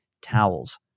towels